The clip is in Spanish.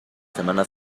semana